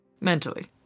Mentally